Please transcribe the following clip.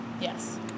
Yes